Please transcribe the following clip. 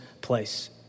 place